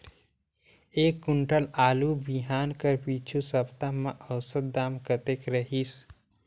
एक कुंटल आलू बिहान कर पिछू सप्ता म औसत दाम कतेक रहिस?